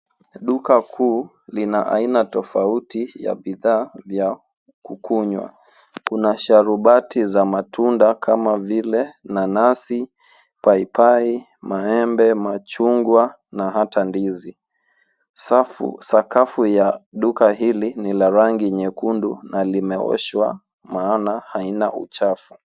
Duka kuu lina aina tofauti ya bidhaa vya kukunywa. Kuna sharubati za matunda kama vile nanasi, paipai, maembe, machungwa na hata ndizi. Sakafu ya duka hili ni la rangi nyekundu na limeoshwa maana haina uchafu.